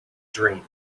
dream